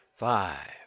five